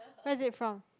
what it is from